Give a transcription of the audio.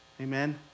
Amen